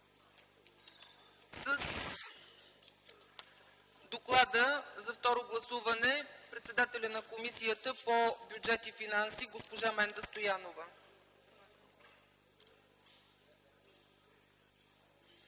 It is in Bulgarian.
С доклада за второ гласуване ще ни запознае председателят на Комисията по бюджет и финанси госпожа Менда Стоянова.